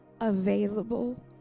available